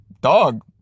dog